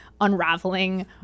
unraveling